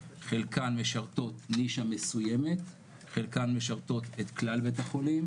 חלקן משרתות נישה מסוימת וחלקן משרתות את כלל בית החולים.